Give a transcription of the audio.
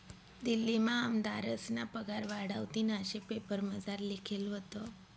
दिल्लीमा आमदारस्ना पगार वाढावतीन आशे पेपरमझार लिखेल व्हतं